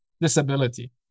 disability